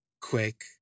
quick